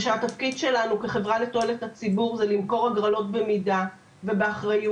ושהתפקיד שלנו כחברה לתועלת הציבור זה למכור הגרלות במידה ובאחריות,